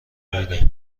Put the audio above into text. بینی